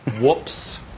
Whoops